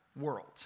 world